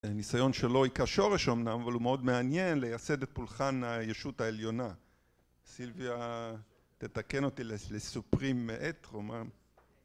ניסיון שלא הכה שורש אמנם אבל הוא מאוד מעניין לייסד את פולחן היישות העליונה. סילביה תתקן אותי לסופרים מאת